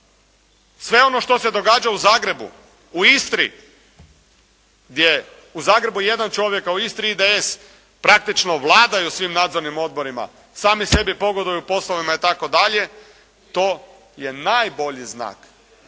Sve ono što se događa u Zagrebu, u Istri, gdje u Zagrebu jedan čovjek a u Istri IDS, praktično vladaju svim nadzornim odborima, sami sebi pogoduju u poslovima itd., to je najbolji znak,